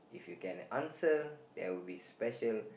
if you get the answer there will be a special